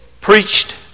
preached